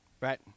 right